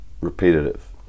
repetitive